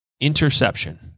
interception